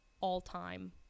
all-time